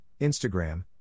Instagram